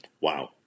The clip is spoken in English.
wow